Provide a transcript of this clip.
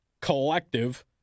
collective